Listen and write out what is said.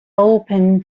open